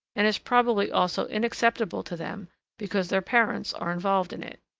and is probably also inacceptable to them because their parents are involved in it.